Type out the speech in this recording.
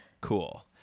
Cool